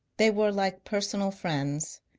they were like personal friends.